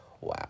wow